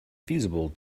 feasible